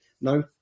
no